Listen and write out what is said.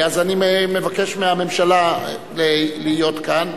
אני מבקש מהממשלה להיות כאן.